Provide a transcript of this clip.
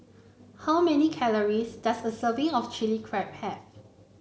how many calories does a serving of Chili Crab have